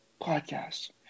podcast